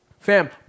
Fam